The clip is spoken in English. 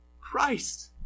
Christ